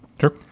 Sure